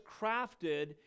crafted